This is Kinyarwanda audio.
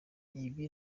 ibi